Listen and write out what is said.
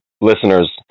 listeners